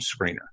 screener